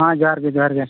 ᱦᱮᱸ ᱡᱚᱦᱟᱨ ᱜᱮ ᱡᱚᱦᱟᱨ ᱜᱮ